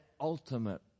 ultimate